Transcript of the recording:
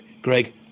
Greg